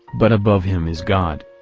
but above him is god.